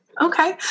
Okay